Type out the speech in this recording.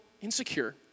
insecure